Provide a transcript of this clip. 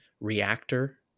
reactor